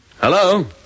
Hello